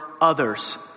others